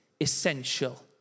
essential